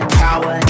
power